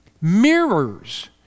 mirrors